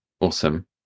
Awesome